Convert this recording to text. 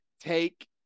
take –